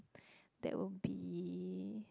that will be